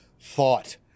thought